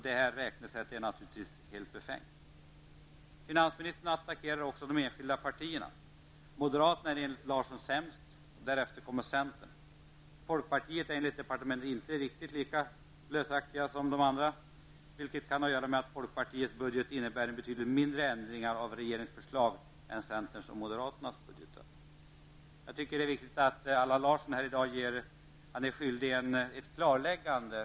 Detta räknesätt är naturligtvis helt befängt. Finansministern attackerar också de enskilda partierna. Moderaterna är enligt Larsson sämst, därnäst centern. Folkpartiet är enligt departementet inte lika slösaktigt, vilket kan ha att göra med att folkpartiets budget innebär betydligt mindre ändringar av regeringens förslag än centerns och moderaternas budgetar. Jag tycker att Allan Larsson är skyldig att göra ett klarläggande.